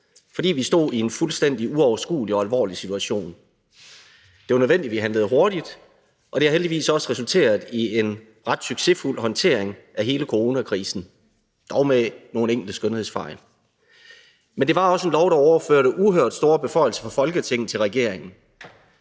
fordi vi stod i en fuldstændig uoverskuelig og alvorlig situation. Det var nødvendigt, at vi handlede hurtigt, og det har heldigvis også resulteret i en ret succesfuld håndtering af hele coronakrisen, dog med nogle enkelte skønhedsfejl. Men det var også en lov, der overførte uhørt store beføjelser fra Folketinget til regeringen,